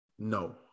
No